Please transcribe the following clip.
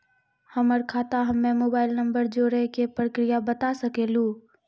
हमर खाता हम्मे मोबाइल नंबर जोड़े के प्रक्रिया बता सकें लू?